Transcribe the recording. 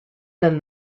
then